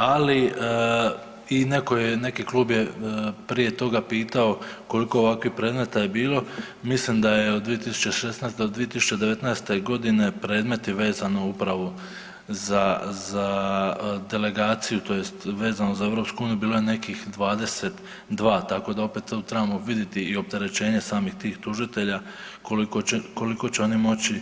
Ali i netko je, neki klub je prije toga pitao koliko ovakvih predmeta je bilo, mislim da je od 2016. do 2019. predmeti vezano upravo za delegaciju tj. vezano za EU bilo je nekih 22, tako da opet, tu trebamo vidjeti i opterećenje samih tih tužitelja koliko će oni moći